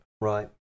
Right